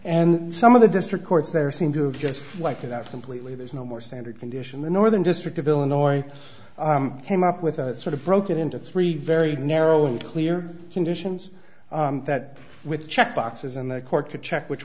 and some of the district courts there seem to just like that completely there's no more standard condition the northern district of illinois came up with a sort of broken into three very narrow and clear conditions that with check boxes and the cork the check which